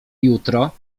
jutro